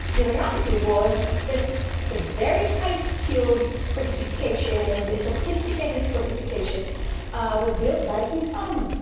the reality was that a very highly skilled fortification and sophisticated fortification was built by king solomon.